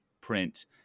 print